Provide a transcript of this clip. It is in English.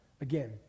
Again